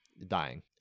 dying